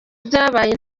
byabaye